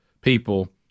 people